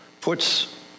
puts